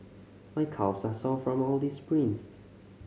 my calves are sore from all the sprints